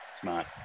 Smart